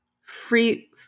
free